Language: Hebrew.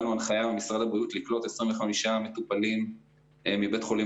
בית חולים